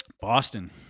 boston